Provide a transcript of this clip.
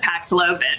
Paxlovid